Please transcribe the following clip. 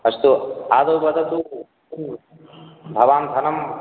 अस्तु आदौ वदतु भवान् धनं